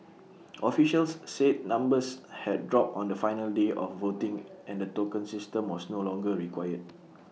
officials said numbers had dropped on the final day of voting and the token system was no longer required